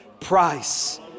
price